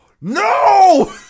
no